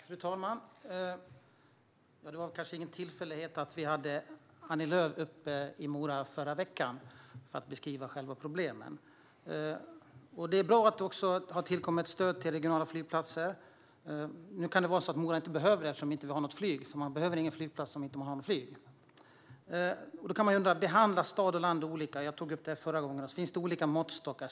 Fru talman! Det var kanske ingen tillfällighet att vi hade Annie Lööf i Mora förra veckan då problemen beskrevs. Det är bra att det har tillkommit stöd till regionala flygplatser. Nu kan det vara så att Mora inte behöver det eftersom vi inte har något flyg. Man behöver ingen flygplats om man inte har något flyg. Man kan undra: Behandlas stad och land olika? Jag tog upp det förra gången. Finns det olika måttstockar?